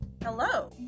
hello